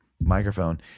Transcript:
microphone